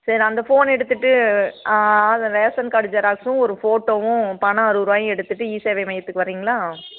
சரி அந்த ஃபோன் எடுத்துட்டு ஆதார் ரேஷன் கார்டு ஜெராக்ஸும் ஒரு ஃபோட்டோவும் பணம் அறுபதுருவாயும் எடுத்துட்டு இ சேவை மையத்துக்கு வரீங்களா